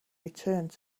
returned